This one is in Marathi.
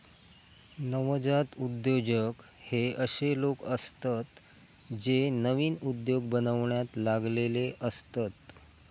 नवजात उद्योजक हे अशे लोक असतत जे नवीन उद्योग बनवण्यात लागलेले असतत